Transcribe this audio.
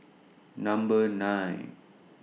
Number nine